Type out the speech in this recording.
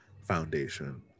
Foundation